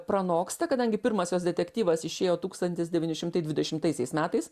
pranoksta kadangi pirmas jos detektyvas išėjo tūkstantis devyni šimtai dvidešimtaisiais metais